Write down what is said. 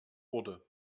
wurde